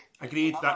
Agreed